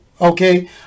Okay